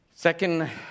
Second